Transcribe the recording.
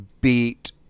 beat